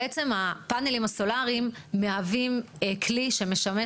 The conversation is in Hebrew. בעצם הפאנלים הסולאריים מהווים כלי שמשמש